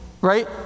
Right